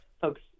folks